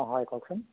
অ' হয় কওকচোন